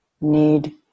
need